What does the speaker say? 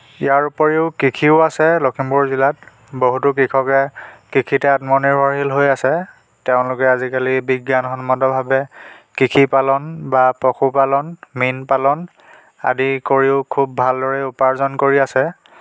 ইয়াৰোপৰিও কৃষিও আছে লখিমপুৰ জিলাত বহুতো কৃষকে কৃষিতে আত্মনিৰ্ভৰশীল হৈ আছে তেওঁলোকে আজিকালি বিজ্ঞানসন্মতভাৱে কৃষিপালন বা পশুপালন মীন পালন আদি কৰিও খুব ভালদৰে উপাৰ্জন কৰি আছে